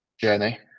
journey